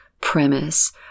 premise